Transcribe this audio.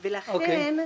ולכן,